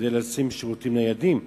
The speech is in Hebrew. כדי לשים שירותים ניידים,